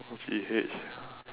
L G H